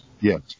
Yes